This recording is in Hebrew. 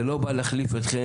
זה לא בא להחליף אתכם,